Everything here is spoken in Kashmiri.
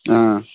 آ